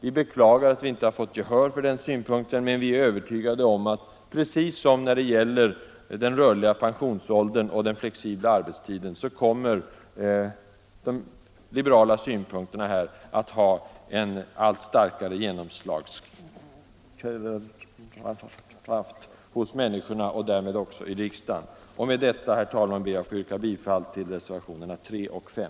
Vi beklagar att vi inte fått gehör för denna synpunkt men tror, att precis som när det gäller den rörliga pensionsåldern och den flexibla arbetstiden kommer den liberala synen att ha en allt starkare genomslagskraft hos människorna och därmed också i riksdagen. Med det anförda, herr talman, ber jag att få yrka bifall till reservationerna 3 och 5.